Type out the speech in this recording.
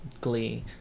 glee